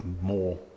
more